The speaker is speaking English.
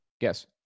Yes